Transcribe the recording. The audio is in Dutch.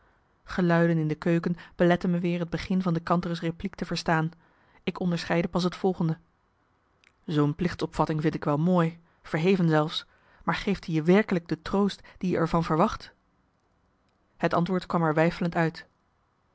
geluiden in de keuken beletten me weer het begin van de kantere's repliek te verstaan ik onderscheidde pas het volgende zoo'n plichtsopvatting vind ik wel mooi verheven zelfs maar geeft i je werkelijk de troost die je er van verwacht het antwoord kwam er weifelend uit